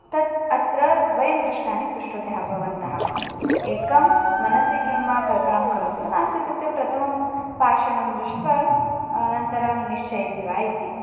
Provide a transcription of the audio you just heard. तत् अत्र द्वयं प्रश्नान् पृष्टवन्तः भवन्तः एकं मनसि किं वा कल्पनां करोति वा नास्ति इत्युक्ते प्रथमं पाषाणं दृष्ट्वा अनन्तरं निश्चिनोति वा इति